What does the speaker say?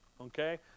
Okay